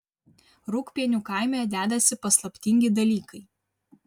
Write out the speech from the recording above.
rūgpienių kaime dedasi paslaptingi dalykai